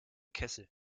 kessel